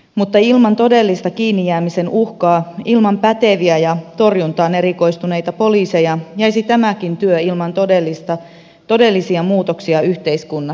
mutta ilman todellista kiinni jäämisen uhkaa ilman päteviä ja torjuntaan erikoistuneita poliiseja jäisi tämäkin työ ilman todellisia muutoksia yhteiskunnassamme